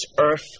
earth